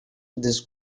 this